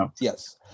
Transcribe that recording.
yes